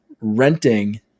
renting